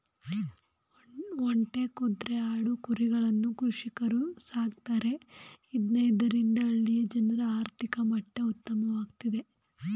ಒಂಟೆ, ಕುದ್ರೆ, ಆಡು, ಕುರಿಗಳನ್ನ ಕೃಷಿಕರು ಸಾಕ್ತರೆ ಇದ್ನ ಇದರಿಂದ ಹಳ್ಳಿಯ ಜನರ ಆರ್ಥಿಕ ಮಟ್ಟ ಉತ್ತಮವಾಗ್ತಿದೆ